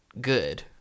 good